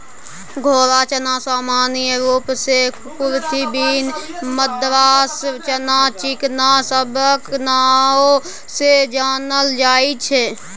घोड़ा चना सामान्य रूप सँ कुरथी, बीन, मद्रास चना, चिकना सबक नाओ सँ जानल जाइत छै